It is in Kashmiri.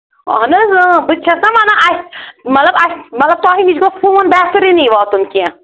اہن حظ اۭں بہٕ تہِ چھَس نا وَنان اَسہِ مطلب اَسہِ مطلب تۄہہِ نِش گوژھ سون بہتریٖن واتُن کیٚنٛہہ